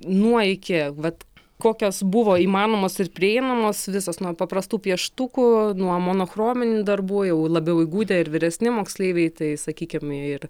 nuo iki vat kokios buvo įmanomos ir priimamos visos nuo paprastų pieštukų nuo monochrominių darbų jau labiau įgudę ir vyresni moksleiviai tai sakykim ir